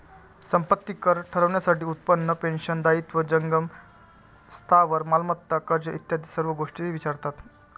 संपत्ती कर ठरवण्यासाठी उत्पन्न, पेन्शन, दायित्व, जंगम स्थावर मालमत्ता, कर्ज इत्यादी सर्व गोष्टी विचारतात